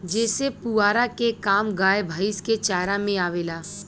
जेसे पुआरा के काम गाय भैईस के चारा में आवेला